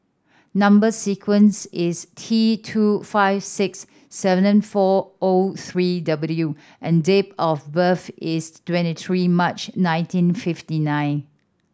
number sequence is T two five six seven four O three W and date of birth is twenty three March nineteen fifty nine